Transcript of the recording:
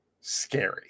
scary